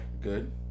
good